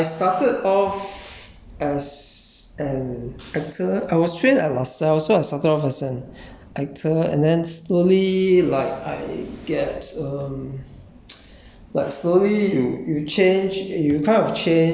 well um I s~ I mean I started off as an actor I was trained at lasalle so I started off as an actor and then slowly like I get um